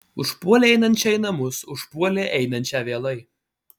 užpuolė einančią į namus užpuolė einančią vėlai